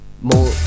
more